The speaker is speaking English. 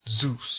Zeus